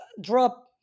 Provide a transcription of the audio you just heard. drop